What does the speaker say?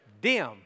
Dim